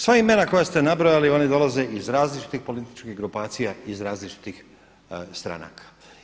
Sva imena koja ste nabrojali, oni dolaze iz različitih političkih grupacija i iz različitih stranaka.